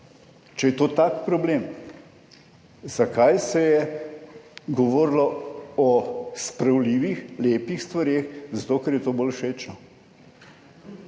če je to tak problem? Zakaj se je govorilo o spravljivih, lepih stvareh? Zato, ker je to bolj všečno.